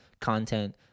content